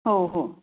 हो हो